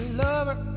lover